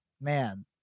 Man